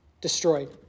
destroyed